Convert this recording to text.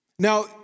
Now